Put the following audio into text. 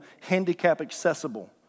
handicap-accessible